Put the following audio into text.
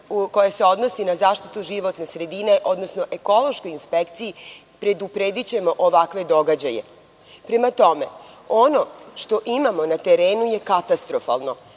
koja se odnosi na zaštitu životne sredine, odnosno ekološkoj inspekciji, predupredićemo ovakve događaje. Prema tome, ono što imamo na terenu je katastrofalno,